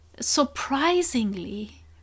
surprisingly